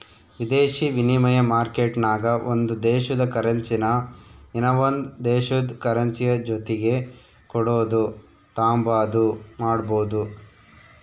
ವಿದೇಶಿ ವಿನಿಮಯ ಮಾರ್ಕೆಟ್ನಾಗ ಒಂದು ದೇಶುದ ಕರೆನ್ಸಿನಾ ಇನವಂದ್ ದೇಶುದ್ ಕರೆನ್ಸಿಯ ಜೊತಿಗೆ ಕೊಡೋದು ತಾಂಬಾದು ಮಾಡ್ಬೋದು